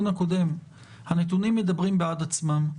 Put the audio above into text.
הנתונים מדברים בעד עצמם.